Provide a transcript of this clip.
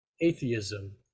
atheism